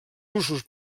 usos